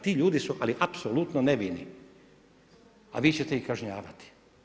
Ti ljudi su, ali apsolutno nevini, a vi ćete ih kažnjavati.